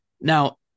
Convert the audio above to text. Now